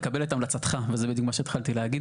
נקבל את המלצתך וזה בדיוק מה שהתחלתי להגיד,